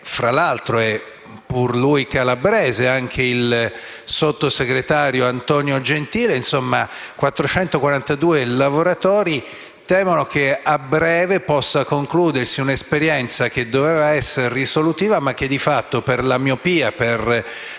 tra l'altro, pure lui calabrese - del sottosegretario Antonio Gentile. In sostanza, 442 lavoratori temono che a breve possa concludersi un'esperienza che doveva essere risolutiva. Di fatto, invece, per la